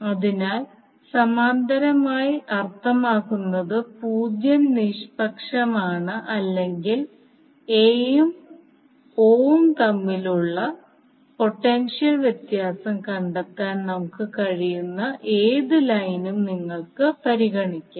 അതിനാൽ സമാന്തരമായി അർത്ഥമാക്കുന്നത് പൂജ്യം നിഷ്പക്ഷമാണ് അല്ലെങ്കിൽ a ഉം o ഉം തമ്മിലുള്ള പൊട്ടൻഷ്യൽ വ്യത്യാസം കണ്ടെത്താൻ നമുക്ക് കഴിയുന്ന ഏത് ലൈനും നിങ്ങൾക്ക് പരിഗണിക്കാം